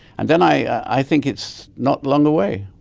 and then i think it's not long away.